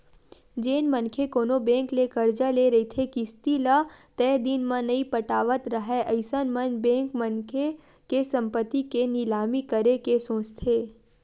जेन मनखे कोनो बेंक ले करजा ले रहिथे किस्ती ल तय दिन म नइ पटावत राहय अइसन म बेंक मनखे के संपत्ति के निलामी करे के सोचथे